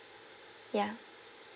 ya